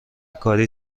کاری